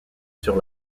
sur